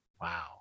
Wow